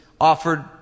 offered